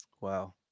Wow